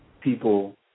people